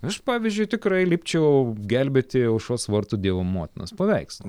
aš pavyzdžiui tikrai lipčiau gelbėti aušros vartų dievo motinos paveikslo